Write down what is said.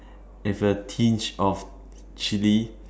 with a tinge of chili